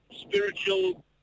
spiritual